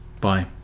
Bye